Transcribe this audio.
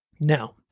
Now